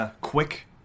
Quick